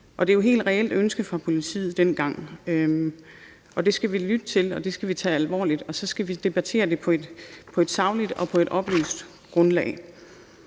Det var jo et helt reelt ønske fra politiets side dengang. De ønsker skal vi lytte til og tage alvorligt, og så skal vi debattere dem på et sagligt og oplyst grundlag.